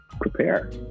prepare